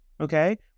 Okay